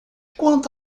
quanto